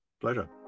Pleasure